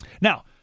Now